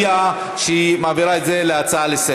גם חברת הכנסת יעל גרמן הודיעה שהיא מעבירה את זה להצעה לסדר-היום.